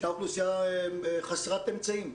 וישנה אוכלוסייה חסרת אמצעים.